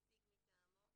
נציג מטעמו,